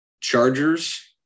Chargers